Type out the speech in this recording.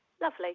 lovely